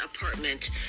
apartment